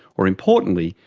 or importantly,